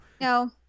No